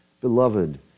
Beloved